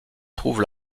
trouve